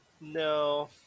No